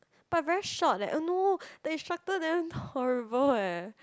but very short leh oh no the instructor damn horrible eh